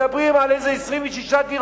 מדברים על איזה 26 דירות.